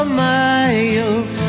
miles